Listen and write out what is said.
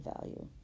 value